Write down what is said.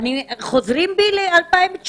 חוזרים ל-2019.